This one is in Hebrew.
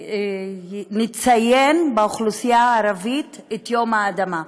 נציין באוכלוסייה הערבית את יום האדמה,